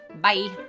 Bye